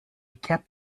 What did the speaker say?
kept